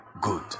good